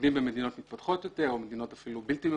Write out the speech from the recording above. מתמקדים במדינות מתפתחות יותר או במדינות אפילו בלתי מפותחות.